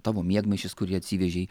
tavo miegmaišis kurį atsivežei